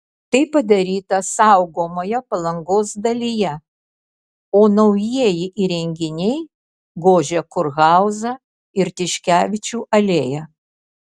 tai padaryta saugomoje palangos dalyje o naujieji įrenginiai gožia kurhauzą ir tiškevičių alėją